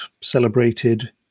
celebrated